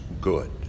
good